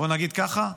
בוא נגיד ככה,